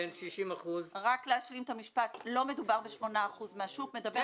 לא מדובר ב-8% מן השוק.